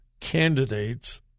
candidates